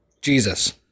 Jesus